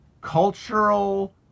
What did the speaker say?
cultural